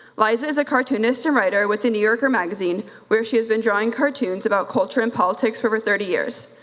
liza is a cartoonist and writer with the new yorker magazine where she has been drawing cartoons about culture and politics for over thirty years.